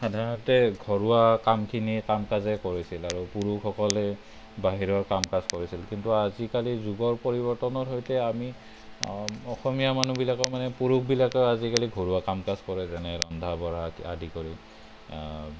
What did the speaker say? সাধাৰণতে ঘৰুৱা কামখিনি কাম কাজে কৰিছিল আৰু পুৰুষসকলে বাহিৰৰ কাম কাজ কৰিছিল কিন্তু আজিকালি যুগৰ পৰিৱৰ্তনৰ সৈতে আমি অসমীয়া মানুহবিলাকেও মানে পুৰুষবিলাকেও আজিকালি ঘৰুৱা কাম কাজ কৰে যেনে ৰন্ধা বঢ়া আদি কৰি